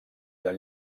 del